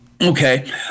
Okay